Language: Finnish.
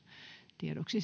tiedoksi